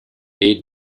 est